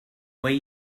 way